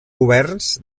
governs